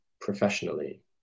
professionally